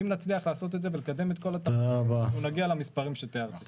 אם נצליח לעשות את זה נגיע למספרים שתיארתי.